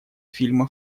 фильма